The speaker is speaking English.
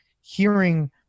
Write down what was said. hearing